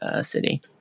city